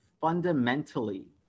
fundamentally